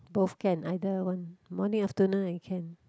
both can either one morning afternoon I can